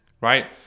right